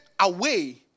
away